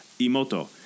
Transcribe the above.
Imoto